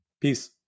Peace